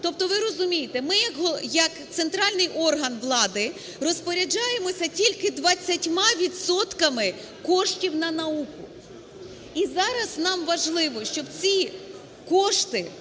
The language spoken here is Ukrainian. Тобто ви розумієте, ми, як центральний орган влади, розпоряджаємося тільки 20 відсотками коштів на науку. І зараз нам важливо, щоб ці кошти